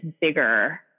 bigger